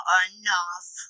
enough